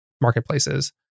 marketplaces